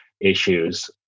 issues